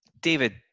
David